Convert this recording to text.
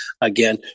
Again